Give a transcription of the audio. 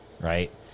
right